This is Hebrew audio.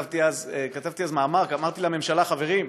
וכתבתי אז מאמר ואמרתי לממשלה: חברים,